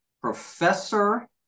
professor